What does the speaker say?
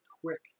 quick